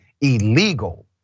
illegal